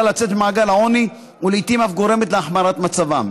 לצאת ממעגל העוני ולעיתים אף גורמת להחמרת מצבם.